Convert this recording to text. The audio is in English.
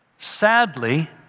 Sadly